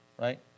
right